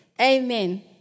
Amen